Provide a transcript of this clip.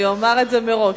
אני אומר את זה מראש.